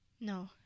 No